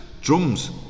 drums